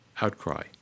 outcry